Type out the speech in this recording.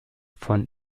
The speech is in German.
von